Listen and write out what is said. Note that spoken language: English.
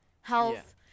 health